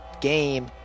game